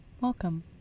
Welcome